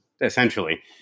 essentially